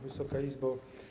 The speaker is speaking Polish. Wysoka Izbo!